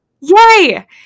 Yay